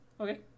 okay